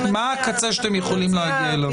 הקצה שאתם יכולים להגיע אליו.